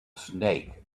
snake